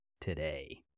Today